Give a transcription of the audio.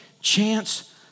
chance